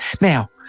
Now